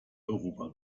europa